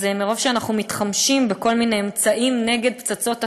אז מרוב שאנחנו מתחמשים בכל מיני אמצעים נגד פצצות אטום,